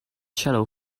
shallow